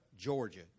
Georgia